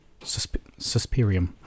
Suspirium